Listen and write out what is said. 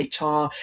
HR